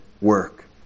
work